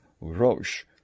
Roche